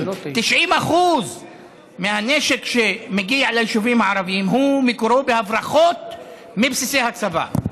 90% מהנשק שמגיע ליישובים הערביים מקורו בהברחות מבסיסי הצבא.